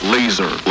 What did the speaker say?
Laser